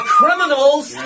criminals